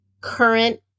current